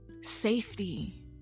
Safety